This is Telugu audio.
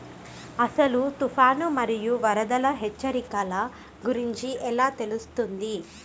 అసలు తుఫాను మరియు వరదల హెచ్చరికల గురించి ఎలా తెలుస్తుంది?